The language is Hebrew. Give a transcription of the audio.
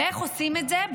איך עושים את זה?